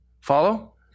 Follow